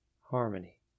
harmony